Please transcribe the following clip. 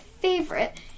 favorite